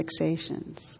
fixations